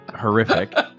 horrific